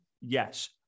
Yes